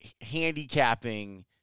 handicapping